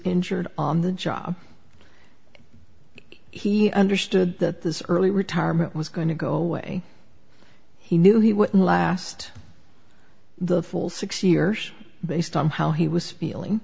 injured on the job he understood that this early retirement was going to go away he knew he wouldn't last the full six years based on how he was feeling